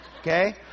Okay